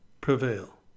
prevail